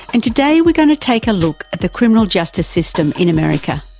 and today we're going to take a look at the criminal justice system in america,